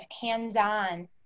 hands-on